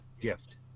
gift